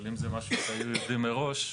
אבל אם זה משהו שהיו יודעים עליו מראש,